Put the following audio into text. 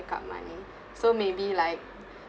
back up money so maybe like